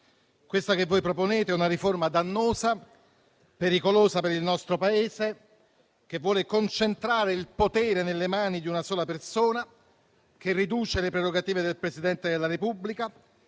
Questa che proponete è una riforma dannosa e pericolosa per il nostro Paese, che vuole concentrare il potere nelle mani di una sola persona, riduce le prerogative del Presidente della Repubblica